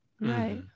Right